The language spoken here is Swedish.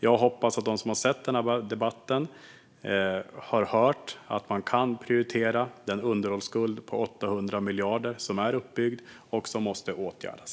Jag hoppas att de som har sett den har hört att man kan prioritera den underhållsskuld på 800 miljarder som är uppbyggd och som måste åtgärdas.